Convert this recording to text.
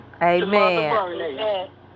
Amen